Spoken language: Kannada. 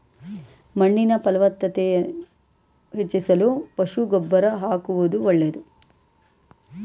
ಮಣ್ಣಿನ ಫಲವತ್ತತೆ ಹೆಚ್ಚಿಸಲು ಪಶು ಗೊಬ್ಬರ ಆಕುವುದು ಒಳ್ಳೆದು